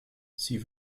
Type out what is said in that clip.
sie